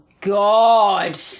God